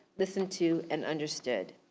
listened to, and understood.